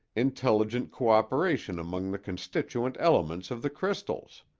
intelligent cooperation among the constituent elements of the crystals.